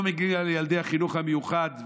לא מגיע לילדי החינוך המיוחד,